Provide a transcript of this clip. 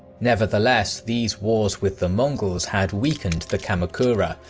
nevertheless, these wars with the mongols had weakened the kamakura,